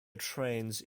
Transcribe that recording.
trains